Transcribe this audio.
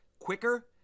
quicker